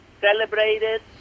celebrated